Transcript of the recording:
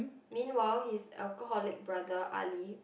meanwhile his alcoholic brother ali